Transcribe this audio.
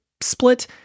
split